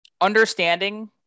understanding